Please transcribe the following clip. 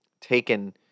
taken